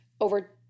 over